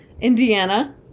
Indiana